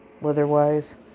weather-wise